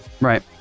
Right